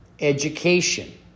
Education